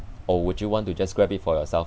or would you want to just grab it for yourself